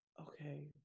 Okay